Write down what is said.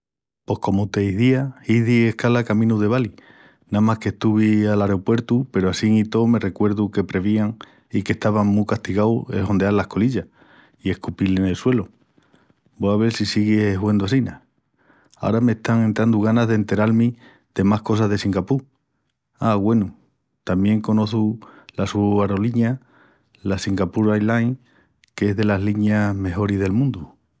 Pos comu t'izia hizi escala caminu de Bali. Namás qu'estuvi al aropuertu peru assín i tó me recuerdu que prevían i qu'estava mu castigau el hondeal las colillas i escupil en el suelu. Vó a vel si sigui huendu assina. Ara m'están entrandu ganas d'enteral-mi de más cosas de Singapur. A güenu, tamién conoçu la su arolinia, la Singapore Airlines, qu'es delas linias mejoris del mundu.